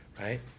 right